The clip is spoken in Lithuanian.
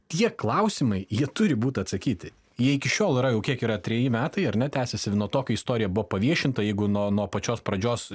tie klausimai jie turi būt atsakyti jie iki šiol yra jau kiek yra treji metai ar ne tęsiasi nuo to kai istorija buvo paviešinta jeigu nuo nuo pačios pradžios